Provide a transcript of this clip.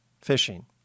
fishing